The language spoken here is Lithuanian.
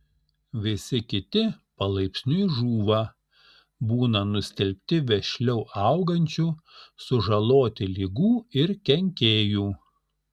visi kiti palaipsniui žūva būna nustelbti vešliau augančių sužaloti ligų ir kenkėjų